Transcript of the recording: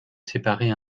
séparer